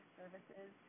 services